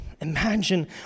Imagine